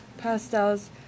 Pastels